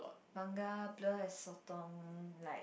manga blur as sotong like